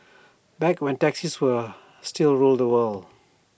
back when taxis were still ruled the world